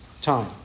time